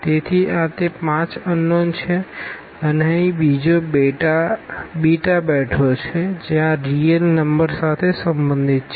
તેથી આ તે 5 અનનોન છે અને અહીં બીજો બીટા બેઠો છે જે આ રીઅલ નંબર સાથે સંબંધિત છે